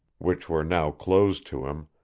which were now closed to him,